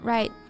Right